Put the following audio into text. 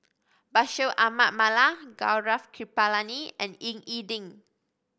Bashir Ahmad Mallal Gaurav Kripalani and Ying E Ding